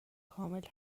کامل